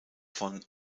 von